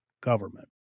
Government